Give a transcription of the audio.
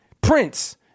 Prince